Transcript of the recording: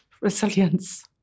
resilience